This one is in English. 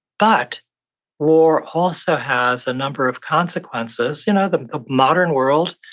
but war also has a number of consequences. you know the ah modern world,